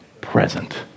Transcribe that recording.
present